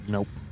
Nope